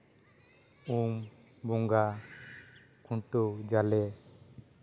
ᱩᱢ ᱵᱚᱸᱜᱟ ᱠᱷᱩᱱᱴᱟᱹᱣ ᱡᱟᱞᱮ